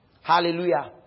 Hallelujah